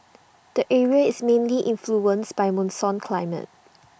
the area is mainly influenced by monsoon climate